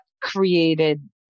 created